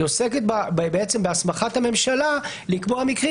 היא עוסקת בעצם בהסמכת הממשלה לקבוע מקרים.